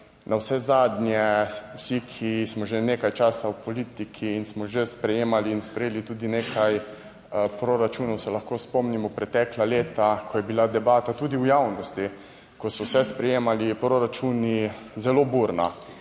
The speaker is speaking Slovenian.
Navsezadnje vsi, ki smo že nekaj časa v politiki in smo že sprejemali in sprejeli tudi nekaj proračunov se lahko spomnimo pretekla leta, ko je bila debata tudi v javnosti, ko so se sprejemali proračuni zelo burna.